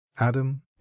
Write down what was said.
Adam